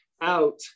out